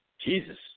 Jesus